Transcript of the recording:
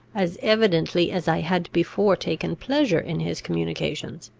as evidently as i had before taken pleasure in his communications.